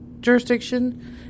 jurisdiction